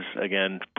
again